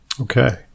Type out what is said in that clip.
Okay